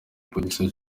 producer